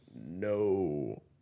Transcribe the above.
no